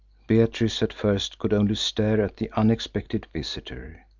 beatrice at first could only stare at the unexpected visitor.